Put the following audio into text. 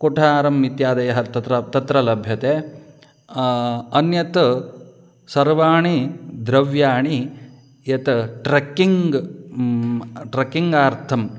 कुठारम् इत्यादयः तत्र तत्र लभ्यन्ते अन्यत् सर्वाणि द्रव्याणि यत् ट्रक्किङ्ग् ट्रक्किङ्गार्थं